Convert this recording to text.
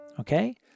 Okay